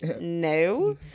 No